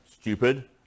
stupid